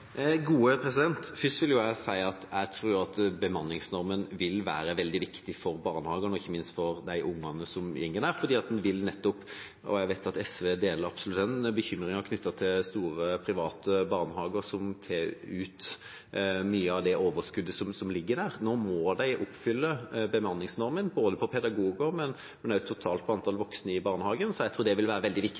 vil jeg si at jeg tror bemanningsnormen vil være veldig viktig for barnehagene og ikke minst for de ungene som går der, og jeg vet at SV deler bekymringen knyttet til store private barnehager som tar ut mye av det overskuddet som ligger der. Nå må de oppfylle bemanningsnormen – både for pedagoger og for det totale antallet voksne i barnehagen – og jeg tror det vil være veldig viktig.